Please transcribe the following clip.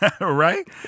right